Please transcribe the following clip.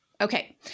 Okay